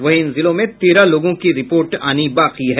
वहीं इन जिलों में तेरह लोगों की रिपोर्ट आनी बाकी है